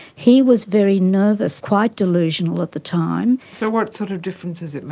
he was very nervous, quite delusional at the time. so what sort of difference has it